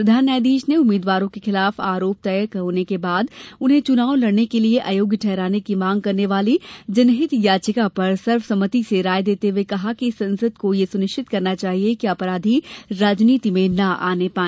प्रधान न्यायाधीश ने उम्मीदवारों के खिलाफ आरोप तय होने के बाद उन्हें चुनाव लड़ने के लिए अयोग्य ठहराने की मांग करने वाली जनहित याचिका पर सर्वसम्मति से पैसला सुनाया और कहा कि संसद को यह सुनिश्चित करना चाहिए कि अपराधी राजनीति में न आने पाए